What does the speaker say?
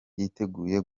yiteguye